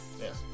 Yes